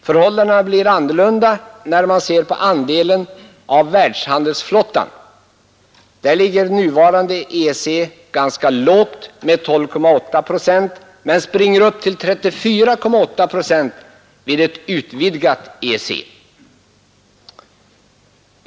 Förhållandena blir annorlunda, när man ser på andelen av världshandelsflottan. Där ligger nuvarande EEC ganska lågt med 12,8 procent, men siffran springer upp till 34,8 procent i ett utvidgat EEC.